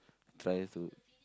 try to